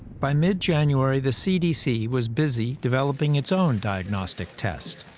by mid-january, the cdc was busy developing its own diagnostic test.